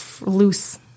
loose